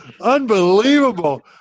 unbelievable